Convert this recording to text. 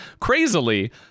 crazily